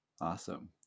Awesome